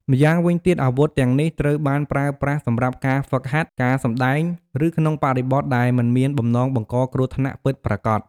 ម្យ៉ាងវិញទៀត អាវុធទាំងនេះត្រូវបានប្រើប្រាស់សម្រាប់ការហ្វឹកហាត់ ការសម្តែង ឬក្នុងបរិបទដែលមិនមានបំណងបង្កគ្រោះថ្នាក់ពិតប្រាកដ។